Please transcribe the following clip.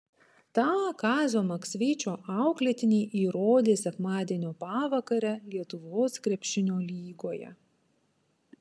tą kazio maksvyčio auklėtiniai įrodė sekmadienio pavakarę lietuvos krepšinio lygoje